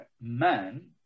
man